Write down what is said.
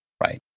Right